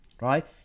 right